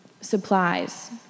supplies